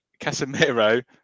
Casemiro